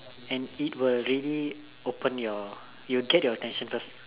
and it will really open your it will get your attention first